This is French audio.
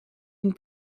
une